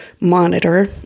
monitor